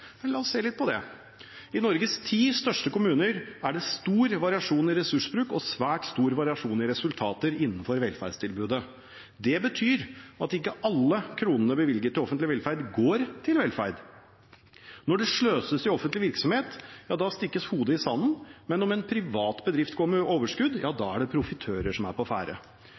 men til samme pris som den offentlige. Og dette er interessant. For representanten Lysbakken hevdet videre at dette er enkelt, vi skal bare sørge for at skattepengene vi gir til private, går til velferd, slik som i det offentlige. Ja, la oss se litt på det. I Norges ti største kommuner er det stor variasjon i ressursbruk og svært stor variasjon i resultater innenfor velferdstilbudet. Det betyr at ikke alle kronene bevilget til offentlig velferd går til velferd.